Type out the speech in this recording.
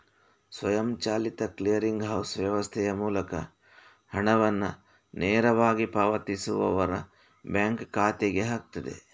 ಸ್ವಯಂಚಾಲಿತ clearing house ವ್ಯವಸ್ಥೆಯ ಮೂಲಕ ಹಣವನ್ನ ನೇರವಾಗಿ ಪಾವತಿಸುವವರ ಬ್ಯಾಂಕ್ ಖಾತೆಗೆ ಹಾಕ್ತದೆ